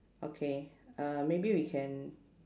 okay uh maybe we can